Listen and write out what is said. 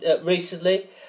recently